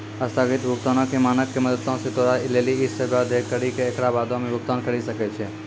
अस्थगित भुगतानो के मानक के मदतो से तोरा लेली इ सेबा दै करि के एकरा बादो मे भुगतान करि सकै छै